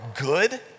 good